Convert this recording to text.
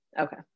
Okay